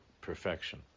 perfection